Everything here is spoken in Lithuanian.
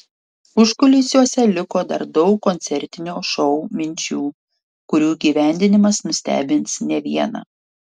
užkulisiuose liko dar daug koncertinio šou minčių kurių įgyvendinimas nustebins ne vieną